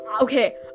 okay